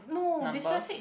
numbers